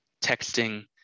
texting